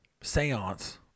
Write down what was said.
seance